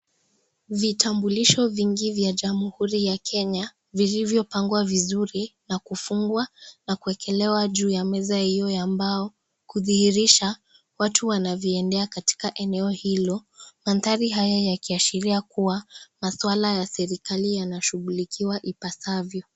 Vitambulisho vingi vya jamhuri ya Kenya viliviyo pangwa vizuri na kufungwa na kuwekelewa juu ya meza iyo ya mbao. Kudhihirisha, watu wanaviendea katika eneo hilo, manthari haya yakiashiria kuwa maswala ya serikali yanashughulikiwa ipasavyo.